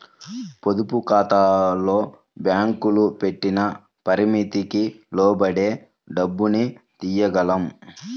పొదుపుఖాతాల్లో బ్యేంకులు పెట్టిన పరిమితికి లోబడే డబ్బుని తియ్యగలం